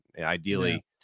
ideally